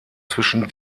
zwischen